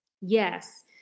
yes